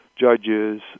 Judges